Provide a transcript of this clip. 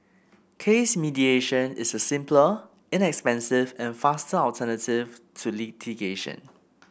case mediation is a simpler inexpensive and faster alternative to litigation